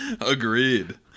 Agreed